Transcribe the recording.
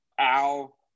Al